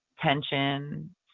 tension